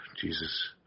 Jesus